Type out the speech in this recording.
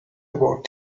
about